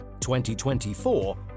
2024